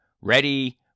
Ready